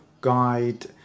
guide